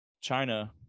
china